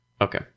Okay